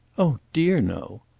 oh dear, no.